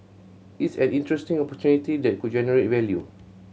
it's an interesting opportunity that could generate value